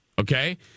Okay